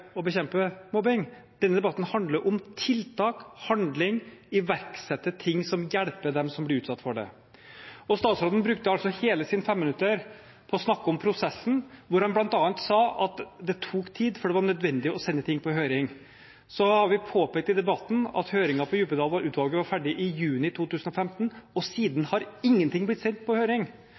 bekjempe mobbing. Denne debatten handler om tiltak og handling, om å iverksette ting som hjelper dem som blir utsatt for det. Og statsråden brukte hele sitt femminuttersinnlegg på å snakke om prosessen, hvor han bl.a. sa at det tok tid, for det var nødvendig å sende ting på høring. Så har vi påpekt i debatten at høringen om Djupedal-utvalget var ferdig i juni 2015, og siden har ingenting blitt sendt på høring.